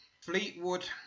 Fleetwood